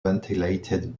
ventilated